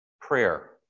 prayer